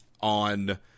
On